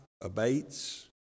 abates